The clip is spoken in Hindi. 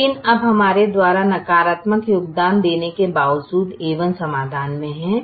लेकिन अब हमारे द्वारा नकारात्मक योगदान देने के बावजूद a1 समाधान में है